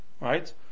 right